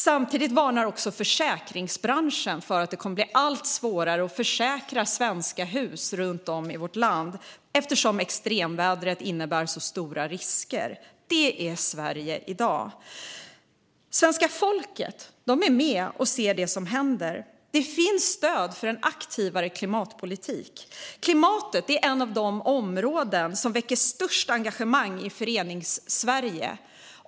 Samtidigt varnar också försäkringsbranschen för att det kommer att bli allt svårare att försäkra svenska hus runt om i vårt land eftersom extremvädret innebär så stora risker. Det är Sverige i dag. Svenska folket är med och ser det som händer. Det finns stöd för en aktivare klimatpolitik. Klimatet är ett av de områden om väcker störst engagemang i Föreningssverige.